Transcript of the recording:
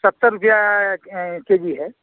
सत्तर रुपये K G है